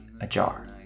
ajar